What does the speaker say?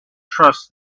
trust